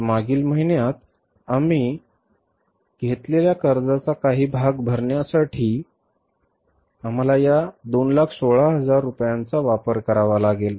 तर मागील महिन्यात आम्ही घेतलेल्या कर्जाचा काही भाग भरण्यासाठी आम्हाला या 216000 रुपयांचा वापर करावा लागेल